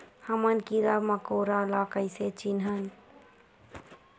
हमन कीरा मकोरा ला कइसे चिन्हन?